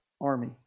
army